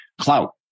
clout